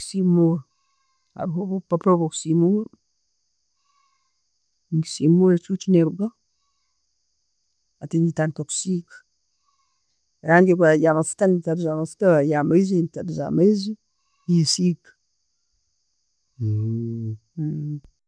Haroho obupapuura bwo'kusimula, ngisimula echichu ne'rugaho, hati ntandika kusiiga. Rangi eya'mafuta, ne ntabuza amafuta, eya'maiizi, netabuza amaiizi.